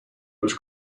was